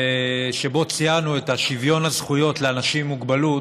שבו ציינו את שוויון הזכויות לאנשים עם מוגבלות.